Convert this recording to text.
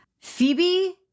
Phoebe